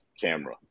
camera